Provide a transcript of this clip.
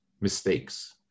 mistakes